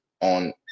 on